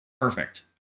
perfect